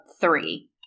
three